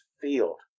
field